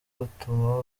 butuma